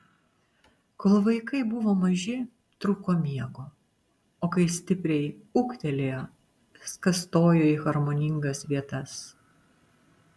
kol vaikai buvo maži trūko miego o kai stipriai ūgtelėjo viskas stojo į harmoningas vietas